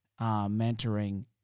mentoring